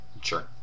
Sure